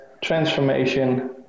transformation